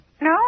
No